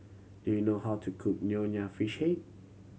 do you know how to cook Nonya Fish Head